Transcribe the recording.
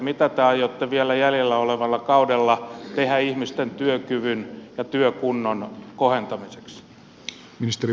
mitä te aiotte vielä jäljellä olevalla kaudella tehdä ihmisten työkyvyn ja työkunnon kohentamiseksi